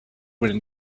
when